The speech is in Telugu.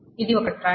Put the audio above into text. ఇది ఒక ట్రాక్